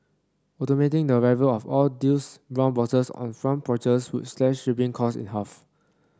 automating the arrival of all those brown boxes on front porches would slash shipping costs in half